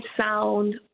sound